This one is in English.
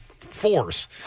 force